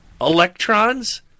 electrons